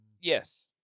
Yes